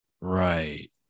Right